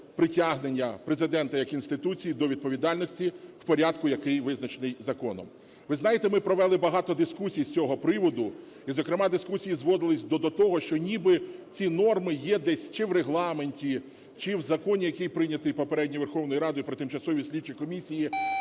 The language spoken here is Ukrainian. притягнення Президента як інституції до відповідальності в порядку, який визначений законом. Ви знаєте, ми провели багато дискусій з цього приводу і зокрема дискусії зводились до того, що ніби ці норми є десь чи в Регламенті, чи в законі, який прийнятий попередньою Верховною Радою про тимчасові слідчі комісії.